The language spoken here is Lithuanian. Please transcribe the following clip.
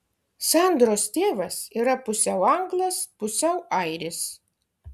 sandros tėvas yra pusiau anglas pusiau airis